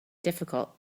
difficult